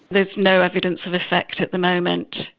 there's no evidence of effect at the moment.